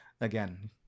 again